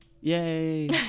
Yay